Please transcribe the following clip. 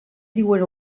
diuen